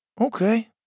Okay